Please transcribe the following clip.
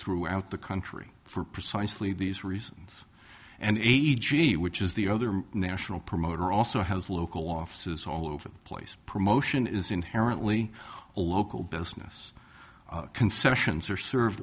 throughout the country for precisely these reasons and a g which is the other national promoter also have local offices all over the place promotion is inherently a local business concessions are serve